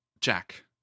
Jack